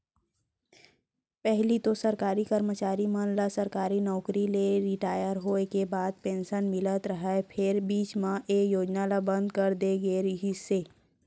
पहिली तो सरकारी करमचारी मन ल सरकारी नउकरी ले रिटायर होय के बाद पेंसन मिलत रहय फेर बीच म ए योजना ल बंद करे दे गे रिहिस हे